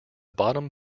bottom